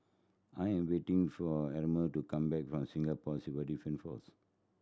I am waiting for Herma to come back from Singapore Civil Defence Force